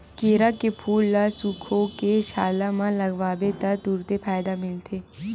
केरा के फूल ल सुखोके छाला म लगाबे त तुरते फायदा मिलथे